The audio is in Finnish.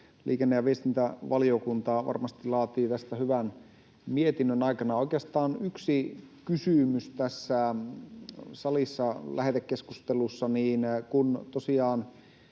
Liikenne- ja viestintävaliokunta varmasti laatii tästä hyvän mietinnön aikanaan. Oikeastaan yksi kysymys tässä salissa lähetekeskustelussa. Kun tosiaan